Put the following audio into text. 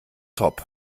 top